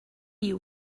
you